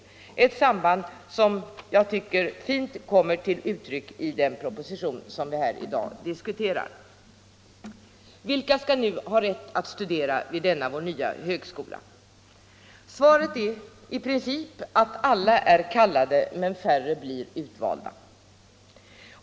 Det är ett samband som jag tycker fint kommer till uttryck i den proposition vi i dag diskuterar. Vilka skall nu ha rätt att studera vid denna vår nya högskola? Svaret är i princip att alla är kallade men färre blir utvalda.